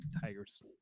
Tigers